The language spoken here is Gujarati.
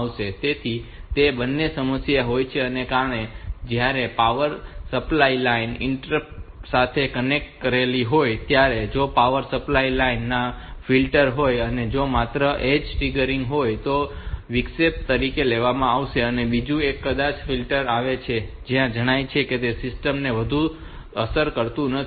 તેથી તે બંનેને સમસ્યા હોય છે કારણ કે જ્યારે તમે પાવર સપ્લાય લાઇન ને ઇન્ટરપ્ટ પિન સાથે કનેક્ટ કરી રહ્યાં હોવ ત્યારે જો પાવર સપ્લાય લાઇન માં ફ્લિકર હોય અને જો તે માત્ર ઍજ ટ્રિગર્ડ હોય તો તેને વિક્ષેપ તરીકે લેવામાં આવશે અને બીજું એ કે કદાચ ફ્લિકર આવે છે અને જાય છે ત્યારે તે સિસ્ટમ ને વધુ અસર કરતું નથી